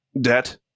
debt